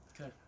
Okay